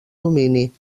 domini